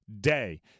day